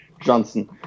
Johnson